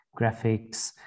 graphics